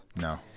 No